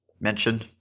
mention